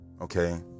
Okay